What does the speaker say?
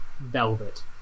Velvet